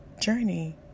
journey